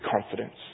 confidence